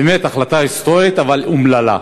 באמת החלטה היסטורית, אבל אומללה.